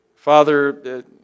Father